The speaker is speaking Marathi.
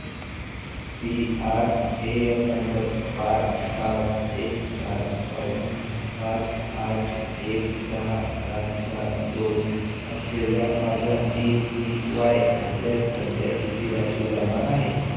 P R A N number पाच सात एक सात नऊ पाच आठ एक सहा सात सात दोन असलेल्या माझ्या ए पी वाय खात्यात सध्या किती राशी जमा आहे